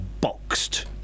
boxed